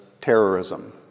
terrorism